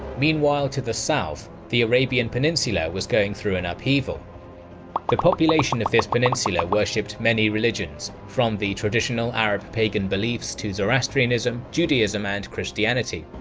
meanwhile to the south, the arabian peninsula was going through an upheaval. the population of this peninsula worshipped many religions, from the traditional arab pagan beliefs to zoroastrianism, judaism, and christianity.